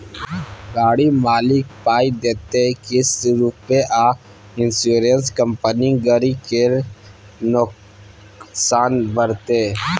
गाड़ी मालिक पाइ देतै किस्त रुपे आ इंश्योरेंस कंपनी गरी केर नोकसान भरतै